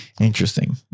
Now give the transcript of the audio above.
Interesting